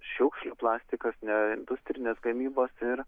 šiukšlių plastikas neindustrinės gamybos ir